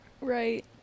Right